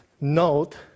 note